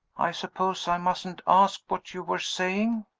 i suppose i mustn't ask what you were saying?